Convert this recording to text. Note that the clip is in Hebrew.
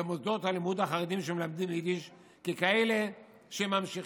במוסדות הלימוד החרדיים שמלמדים ביידיש ככאלה שממשיכים